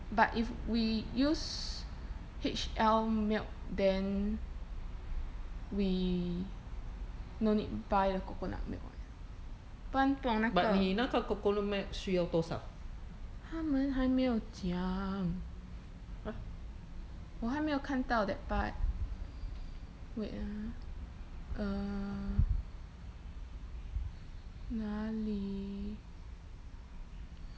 but if we use H_L milk then we no need buy the coconut milk what 不然不懂那个他们还没有讲我还没有看到 that part wait ah uh 哪里